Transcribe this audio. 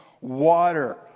water